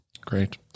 Great